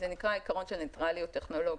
זה נקרא עיקרון של ניטרליות טכנולוגית.